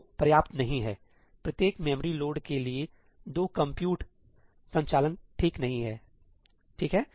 दो पर्याप्त नहीं हैप्रत्येक मेमोरी लोड के लिए दो कंप्यूट संचालन ठीक नहीं है ठीक है